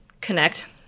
connect